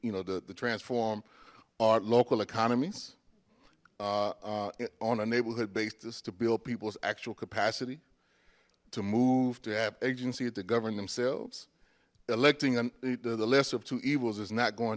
you know the transform our local economies on a neighborhood basis to build people's actual capacity to move to have agency to govern themselves electing the lesser of two evils is not going